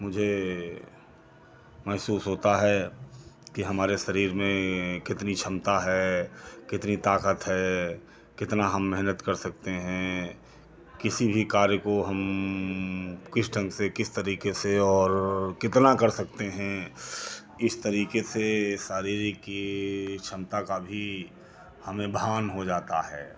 मुझे महसूस होता है के हमारे शरीर में कितनी क्षमता है कितनी ताकत है कितना हम मेहनत कर सकते हैं किसी भी कार्य को हम किस ढंग से किस तरीके से और कितना कर सकते हैं इस तरीके से शारीरिक की क्षमता का भी हमें भान हो जाता है